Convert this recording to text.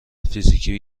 فیزیکی